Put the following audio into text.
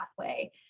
pathway